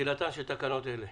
תחילתן של תקנות אלה